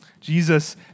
Jesus